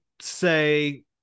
say